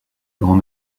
grand